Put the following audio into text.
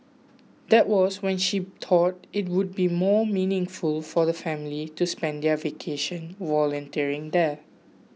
that was when she thought it would be more meaningful for the family to spend their vacation volunteering there